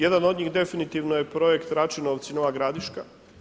Jedan od njih definitivno je projekt Račinovci-Nova Gradiška.